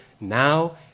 now